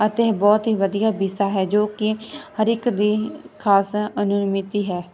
ਅਤੇ ਬਹੁਤ ਹੀ ਵਧੀਆ ਵਿਸ਼ਾ ਹੈ ਜੋ ਕਿ ਹਰ ਇੱਕ ਦੀ ਖਾਸ ਅਨੁਨਿਮਿਤੀ ਹੈ